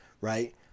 right